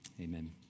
Amen